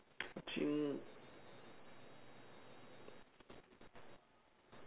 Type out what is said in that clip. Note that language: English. I think